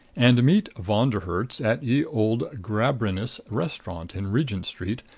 and meet von der herts at ye old gambrinus restaurant in regent street,